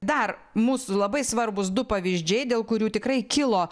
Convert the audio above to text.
dar mūsų labai svarbūs du pavyzdžiai dėl kurių tikrai kilo